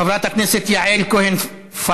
חברת הכנסת יעל כהן-פארן.